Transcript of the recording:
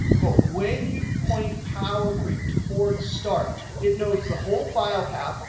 but when you point power query towards start it knows the whole file path,